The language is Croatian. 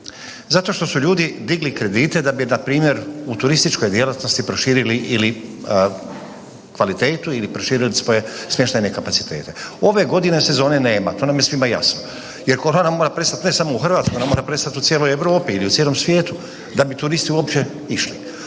Zato što su ljudi digli kredite da bi npr. u turističkoj djelatnosti proširili ili kvalitetu ili proširili svoje smještajne kapacitete. Ove godine sezone nema, to nam je svima jasno, jer korona mora prestat ne samo u Hrvatskoj ona mora prestati u cijeloj Europi ili u cijelom svijetu da bi turisti uopće išli.